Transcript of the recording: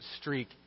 streak